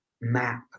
map